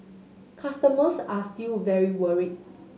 customers are still very worried